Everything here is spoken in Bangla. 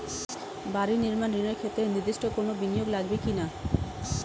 বাড়ি নির্মাণ ঋণের ক্ষেত্রে নির্দিষ্ট কোনো বিনিয়োগ লাগবে কি না?